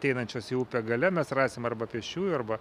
ateinančios į upę gale mes rasim arba pėsčiųjų arba